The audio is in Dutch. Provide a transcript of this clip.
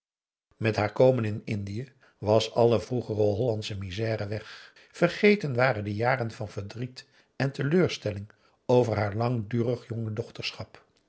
met haar komen in indië was alle vroegere hollandsche misère weg vergeten waren de jaren van verdriet en teleurstelling over haar langdurig